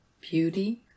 beauty